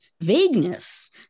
vagueness